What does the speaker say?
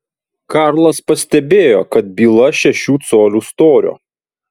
karlas pastebėjo kad byla šešių colių storio